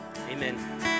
Amen